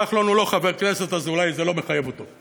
כחלון הוא לא חבר כנסת, אז אולי זה לא מחייב אותו.